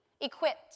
equipped